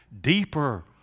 deeper